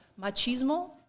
machismo